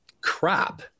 crap